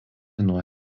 nuo